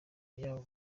yabo